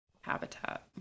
habitat